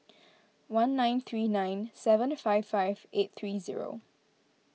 one nine three nine seven five five eight three zero